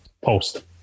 post